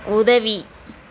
உதவி